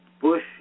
Bush